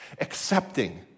accepting